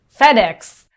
FedEx